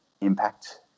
impact